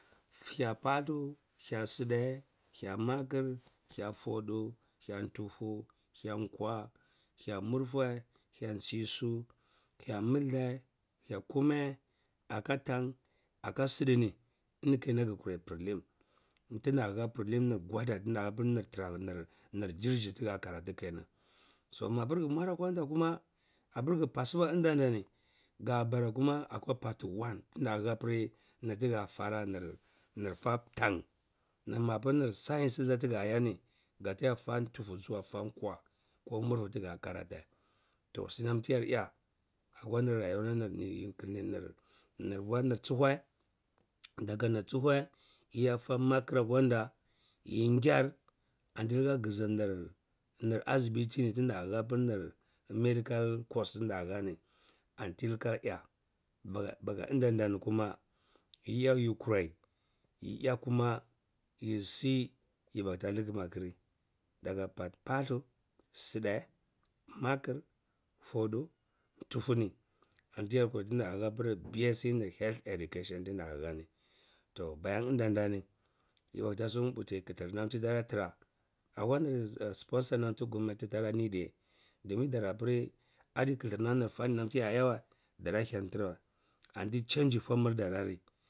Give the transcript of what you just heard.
Hya paldu, hya side, hya makhir, hya fodu, hya tufu, hya kwa, hya murfe hya ntsisu hya muldeh hya kumeh, aka tan aka side ni eni kanan gkurai prilimm tinda hah prelim nir gwada nam tida hah nir jir yir tiga karatu kenan so mapir gmwar akwan dar kuma apir gi passiba mdar nani ga bara kuma akwa part one tinda hah-pir tiga fara nir… nir fa tan nim mapir nir science da tiga yahni, gata yah fa tufu zuwa fa kwa ko murfu tigah yah karate, toh sinam tiyar yah akwa nir nir bwa nir chihueh yi yah fa maknir apir akanda yi gyarir ani ti liha giu nirni asibiti tida hah pir nir medical course inda hah ni anti likah nya baga… baga ndan da ni kimma, yau yi kurai yi nya kuma yisi, yibata likmma kir daga part parllu, side, makhir, fodu, tufu-ni, anti da halpir bsc health education tinda hdani toh payan indandani, yi bata suwan kiti nam ti terah tirah supponsor nam ti gomnati tara ni diyeh, domin darapir adi khtir nam fanin nam tiya yeweh dara hentiraweh.